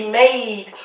made